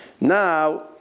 Now